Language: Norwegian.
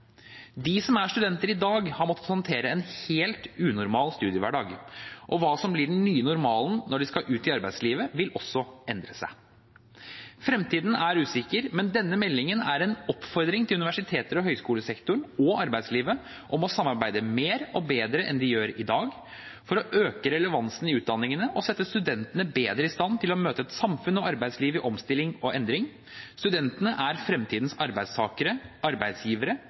De som er studenter i dag, har måttet håndtere en helt unormal studiehverdag, og hva som blir den nye normalen når de skal ut i arbeidslivet, vil også endre seg. Fremtiden er usikker. Men denne meldingen er en oppfordring til universitets- og høyskolesektoren og arbeidslivet om å samarbeide mer og bedre enn de gjør i dag, for å øke relevansen i utdanningene og sette studentene bedre i stand til å møte et samfunn og arbeidsliv i omstilling og endring. Studentene er fremtidens arbeidstakere, arbeidsgivere